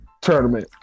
tournament